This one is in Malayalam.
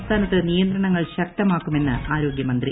സംസ്ഥാനത്ത് നിയ്ക്ത്ര്ണങ്ങൾ ശക്തമാക്കുമെന്ന് ആരോഗ്യമന്ത്രി